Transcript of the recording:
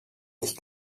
ich